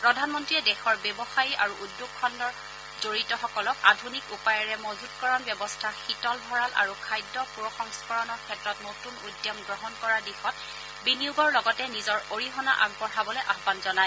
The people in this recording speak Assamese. প্ৰধানমন্ত্ৰীয়ে দেশৰ ব্যৱসায়ী আৰু উদ্যোগ খণ্ডৰে জড়িতসকলক আধুনিক উপায়েৰে মজুতকৰণ ব্যৱস্থা শীতল ভঁৰাল আৰু খাদ্য প্ৰ সংস্কৰণৰ ক্ষেত্ৰত নতুন উদ্যম গ্ৰহণ কৰাৰ দিশত বিনিয়োগৰ লগতে নিজৰ অৰিহণা আগবঢ়াবলৈ আহান জনায়